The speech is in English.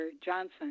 Johnson